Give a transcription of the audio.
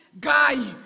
guy